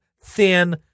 thin